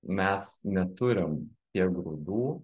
mes neturim tiek grūdų